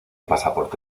pasaporte